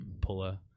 puller